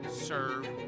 serve